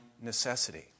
necessity